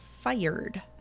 fired